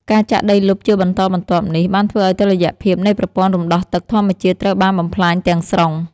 ការចាក់ដីលុបជាបន្តបន្ទាប់នេះ បានធ្វើឱ្យតុល្យភាពនៃប្រព័ន្ធរំដោះទឹកធម្មជាតិត្រូវបានបំផ្លាញទាំងស្រុង។